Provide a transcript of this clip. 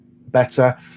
better